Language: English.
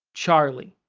charlie.